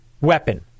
weapon